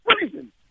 reason